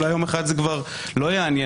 אולי יום אחד זה כבר לא יעניין.